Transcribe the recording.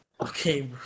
Okay